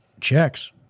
Checks